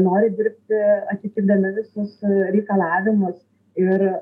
nori dirbti atitikdami visus reikalavimus ir